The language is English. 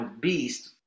beast